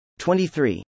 23